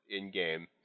in-game